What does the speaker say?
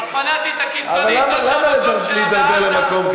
מה זה הדברים האלה?